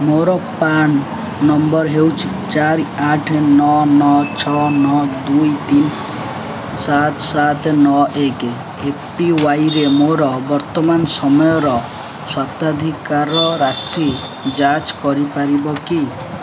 ମୋର PRAN number ହେଉଛି ଚାରି ଆଠ ନଅ ନଅ ଛଅ ନଅ ଦୁଇ ତିନି ସାତ ସାତ ନଅ ଏକ ଏପିୱାଇରେ ମୋର ବର୍ତ୍ତମାନ ସମୟର ସ୍ୱତ୍ୱାଧିକାର ରାଶି ଯାଞ୍ଚ କରିପାରିବ କି